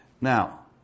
Now